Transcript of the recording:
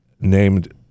named